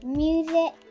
music